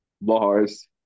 Bars